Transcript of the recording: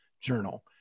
journal